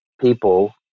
people